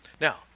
Now